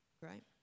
right